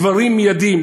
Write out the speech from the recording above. דברים מיידיים.